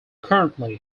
currently